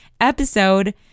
episode